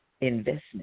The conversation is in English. investment